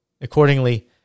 Accordingly